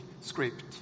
script